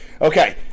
Okay